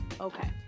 Okay